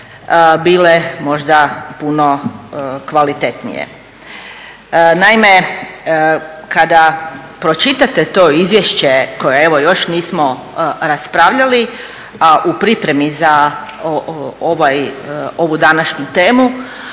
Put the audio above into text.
bile možda puno kvalitetnije. Naime, kada pročitate to izvješće koje evo još nismo raspravljali, a u pripremi za ovu današnju temu